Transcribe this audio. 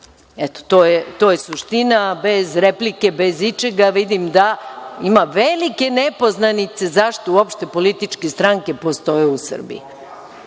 To je suština, bez replike, bez ičega. Vidim da ima velike nepoznanice zašto uopšte političke stranke postoje u Srbiji.